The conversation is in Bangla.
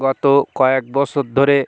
গত কয়েক বছর ধরে